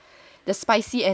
the spicy and hot sour